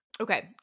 Okay